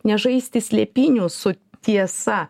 nežaisti slėpynių su tiesa